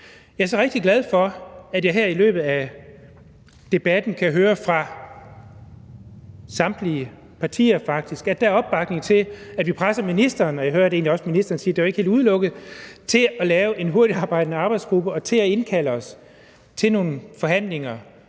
Jeg er så rigtig glad for, at jeg her i løbet af debatten kan høre fra samtlige partiers side faktisk, at der er opbakning til, at vi presser ministeren – og jeg hørte egentlig også ministeren sige, at det ikke var helt udelukket – til at lave en hurtigtarbejdende arbejdsgruppe og til at indkalde os til nogle forhandlinger